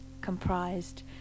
comprised